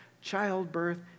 childbirth